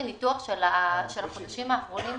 מניתוח של החודשים האחרונים,